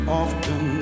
often